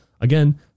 again